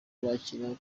bakiriye